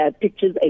pictures